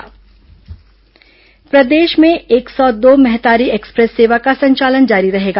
महतारी एक्सप्रेस प्रदेश में एक सौ दो महतारी एक्सप्रेस सेवा का संचालन जारी रहेगा